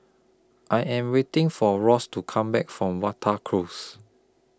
I Am waiting For Ross to Come Back from Wata Close